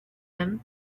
him